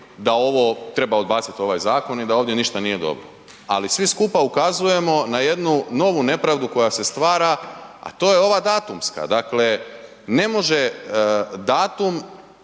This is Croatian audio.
da ovo treba odbaciti ovaj zakon i da ovdje ništa nije dobro ali svi skupa ukazujemo na jednu novu nepravdu koja se stvara a to je ova datumska. Dakle, ne može datum